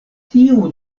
tiu